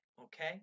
Okay